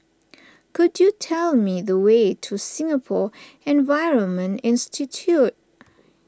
could you tell me the way to Singapore Environment Institute